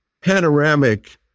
panoramic